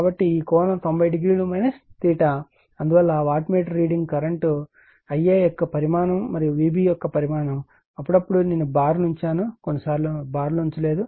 కాబట్టి ఈ కోణం 900 0 అందువల్ల ఆ watt meter reading current Ia యొక్క పరిమాణం మరియు Vb యొక్క పరిమాణం అప్పుడప్పుడు నేను బార్ను ఉంచాను కొన్నిసార్లు బార్ ఉంచలేదు